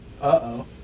Uh-oh